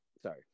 Sorry